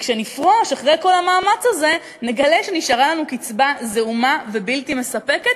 וכשנפרוש אחרי כל המאמץ הזה נגלה שנשארה לנו קצבה זעומה ובלתי מספקת,